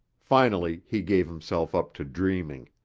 finally he gave himself up to dreaming.